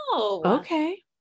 Okay